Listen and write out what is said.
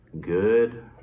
Good